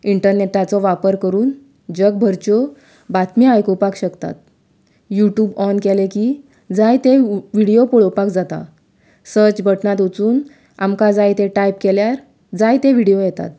इन्टरनॅटाचो वापर करून जगभरच्यो बातमी आयकुपाक शकतात युट्यूब ऑन केलें की जाय तें विडियो पळोवपाक जातात सर्च बटनांत वचून आमकां जाय तें टायप केल्यार जाय तें विडियो येतात